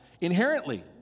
Inherently